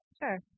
Sure